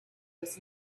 was